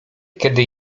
kiedy